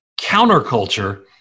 counterculture